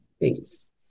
Thanks